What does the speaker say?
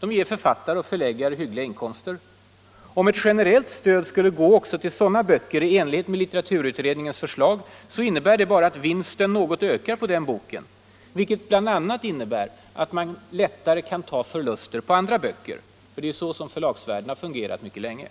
och ger författare och förläggare hyggliga inkomster. Om ett generellt stöd skulle gå också till sådana böcker i enlighet med litteraturutredningens förslag innebär det endast att vinsten något ökar på denna bok vilket bl.a. gör det något lättare att ta förluster på andra böcker. Det är ju så förlagsvärlden har fungerat mycket länge.